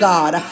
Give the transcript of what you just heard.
God